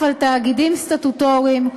תאגידים סטטוטוריים,